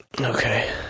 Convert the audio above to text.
Okay